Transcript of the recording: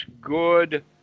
good